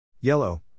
Yellow